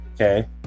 Okay